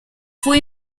fui